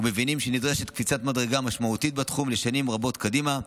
ומבינים שנדרשת קפיצת מדרגה משמעותית בתחום לשנים רבות קדימה.